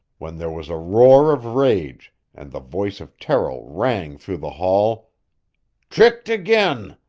when there was a roar of rage and the voice of terrill rang through the hall tricked again!